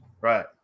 right